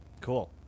Cool